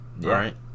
right